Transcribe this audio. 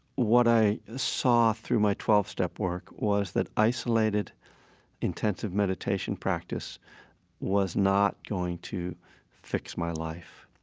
what i saw through my twelve step work was that isolated intensive meditation practice was not going to fix my life.